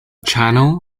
channel